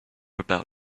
about